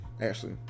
ashley